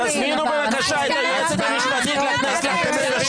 תזמינו, בבקשה, את היועצת המשפטית לחדר.